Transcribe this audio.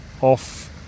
off